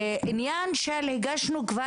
למרות שחלק מהשאלות כבר